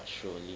surely